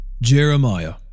Jeremiah